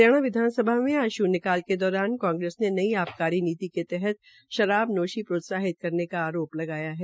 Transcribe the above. हरियाणा विधानसभा में आज शून्यकाल के दौरान कांग्रेस ने नई आबकारी नीति के तहत शराब नोशी को प्रोत्साहित करने का आरोप लगाया है